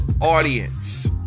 audience